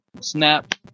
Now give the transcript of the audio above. Snap